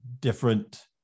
different